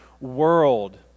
world